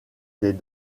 des